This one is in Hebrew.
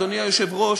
אדוני היושב-ראש,